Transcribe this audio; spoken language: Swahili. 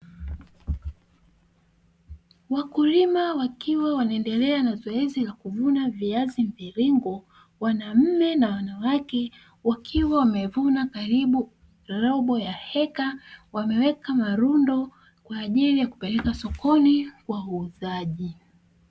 Wakulima wakiwa wanaendelea na zoezi la kuvuna viazi mviringo (wanaume na wanawake), wakiwa wamevuna karibu robo ya heka, wameweka marundo kwa ajili ya kupeleka sokoni kwa wauzaji.